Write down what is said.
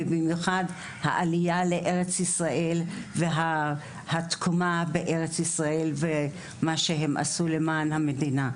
ובמיוחד העלייה לארץ ישראל והתקומה בארץ ישראל ומה שהם עשו למען המדינה.